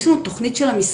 יש לנו תוכנית של המשרד,